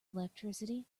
electricity